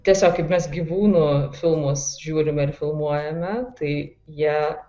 tiesiog kaip mes gyvūnų filmus žiūrime ir filmuojame tai jie